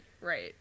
right